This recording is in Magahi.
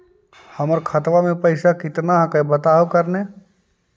हमर खतवा में पैसा कितना हकाई बताहो करने?